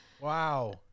Wow